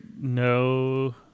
no